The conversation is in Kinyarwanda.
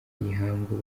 y’ihangu